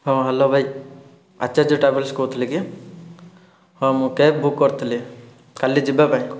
ହଁ ହ୍ୟାଲୋ ଭାଇ ଆଚାର୍ଯ୍ୟ ଟ୍ରାଭେଲର୍ସ କହୁଥିଲେ କି ହଁ ମୁଁ କ୍ୟାବ୍ ବୁକ୍ କରିଥିଲି କାଲି ଯିବାପାଇଁ